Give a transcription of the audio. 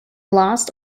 lost